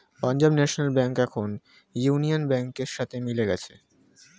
Punjab National Bank এখন Union ব্যাংকের সাথে মিলে গেছে